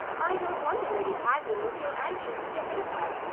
i don't wonder lady pagden was so anxious to get rid of her.